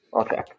Okay